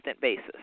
basis